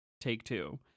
Take-Two